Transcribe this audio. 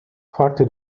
fragte